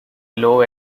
law